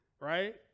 right